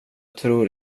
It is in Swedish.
tror